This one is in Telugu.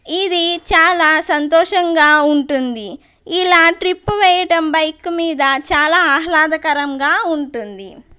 ఇది చాలా సంతోషంగా ఉంటుంది ఇలా ట్రిప్ వేయడం బైకు మీద చాలా ఆహ్లాదకరంగా ఉంటుంది